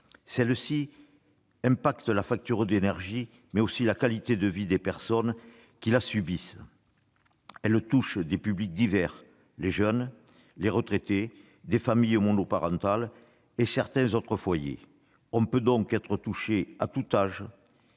Celle-ci impacte la facture d'énergie, mais aussi la qualité de vie des personnes qui la subissent. Elle touche des publics divers- des jeunes, des retraités, des familles monoparentales et certains autres foyers -; on peut donc être touché à tout âge